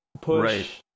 push